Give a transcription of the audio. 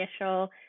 initial